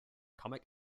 comic